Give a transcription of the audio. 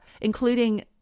including